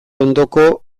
ondoko